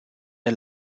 der